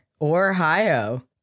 Ohio